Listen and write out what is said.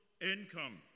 income